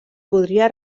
podria